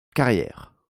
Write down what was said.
carrière